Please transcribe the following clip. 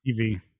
TV